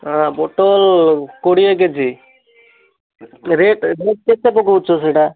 ହାଁ ପୋଟଳ କୋଡ଼ିଏ କେ ଜି ରେଟ୍ ରେଟ୍ କେତେ ପକାଉଛ ସେଇଟା